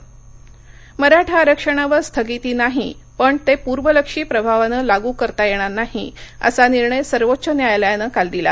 मराठा आरक्षण मराठा आरक्षणावर स्थगिती नाही पण ते पूर्वलक्षी प्रभावानं लागू करता येणार नाही असा निर्णय सर्वोच्च न्यायालयानं काल दिला